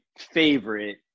favorite